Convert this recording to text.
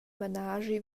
menaschi